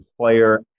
player